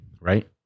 right